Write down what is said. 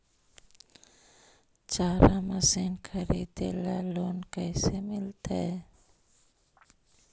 चारा मशिन खरीदे ल लोन कैसे मिलतै?